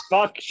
Fuck